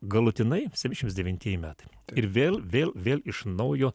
galutinai septyniasdešimt devintieji metai ir vėl vėl vėl iš naujo